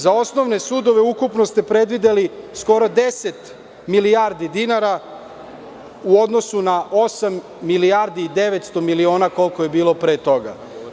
Za osnovne sudove ukupno ste predvideli skoro 10 milijardi dinara u odnosu na 8 milijardi i 900 miliona koliko je bilo pre toga.